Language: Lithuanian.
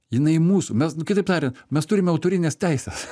jinai mūsų mes kitaip tariant mes turime autorines teises